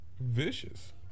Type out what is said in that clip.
vicious